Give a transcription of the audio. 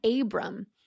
Abram